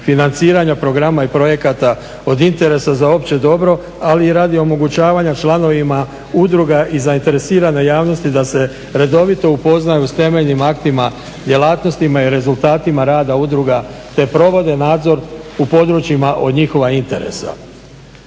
financiranja programa i projekata od interesa za opće dobro ali i radi omogućavanja članovima udruga i zainteresiranoj javnosti da se redovito upoznaju s temeljnim aktima, djelatnostima i rezultatima rada udruga te provode nadzor u područjima od njihova interesa.